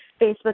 Facebook